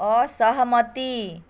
असहमति